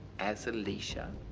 as aleshia,